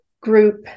group